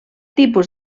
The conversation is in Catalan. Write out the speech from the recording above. tipus